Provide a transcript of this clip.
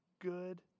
good